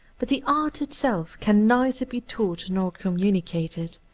but the art itself can neither be taught nor communicated.